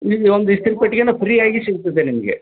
ಈಗ ಒಂದು ಇಸ್ತ್ರಿ ಪೆಟ್ಗೆನ ಫ್ರೀ ಆಗಿ ಸಿಗ್ತದೆ ನಿಮಗೆ